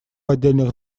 отдельных